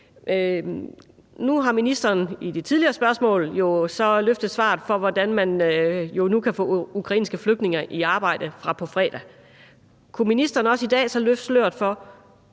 Nu har ministeren så i det tidligere spørgsmål løftet sløret for, hvordan man nu kan få ukrainske flygtninge i arbejde fra på fredag. Kunne ministeren så også i dag løfte sløret for,